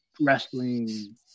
wrestling